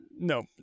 no